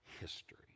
history